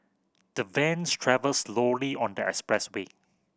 the vans travelled slowly on their expressway